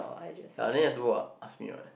yeah then it's ask me what